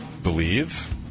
believe